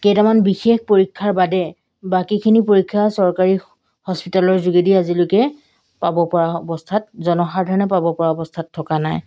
কেইটামান বিশেষ পৰীক্ষাৰ বাদে বাকীখিনি পৰীক্ষা চৰকাৰী হস্পিটেলৰ যোগেদি আজিলৈকে পাবপৰা অৱস্থাত জনসাধাৰণে পাবপৰা অৱস্থাত থকা নাই